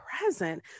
present